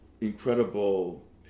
incredible